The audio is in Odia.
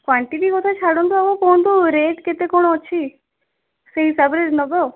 କ୍ୱାଣ୍ଟିଟି କଥା ଛାଡ଼ନ୍ତୁ ଆଗ କୁହନ୍ତୁ ରେଟ୍ କେତେ କ'ଣ ଅଛି ସେହି ହିସାବରେ ନେବା ଆଉ